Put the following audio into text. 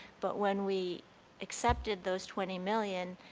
but when we accepted those twenty million,